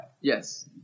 Yes